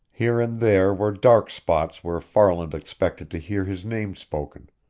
here and there were dark spots where farland expected to hear his name spoken,